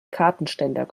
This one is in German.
kartenständer